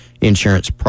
insurance